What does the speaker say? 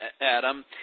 Adam